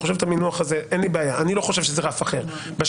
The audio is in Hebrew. אין לי בעיה עם המינוח הזה.